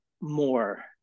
more